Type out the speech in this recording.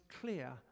clear